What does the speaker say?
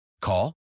Call